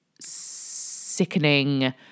sickening